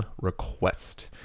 request